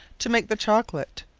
to make the chocolate.